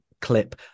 clip